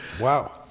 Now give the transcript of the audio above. Wow